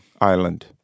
Island